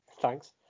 thanks